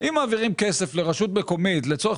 אם מעבירים כסף לרשות מקומית לצורך